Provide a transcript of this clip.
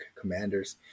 commanders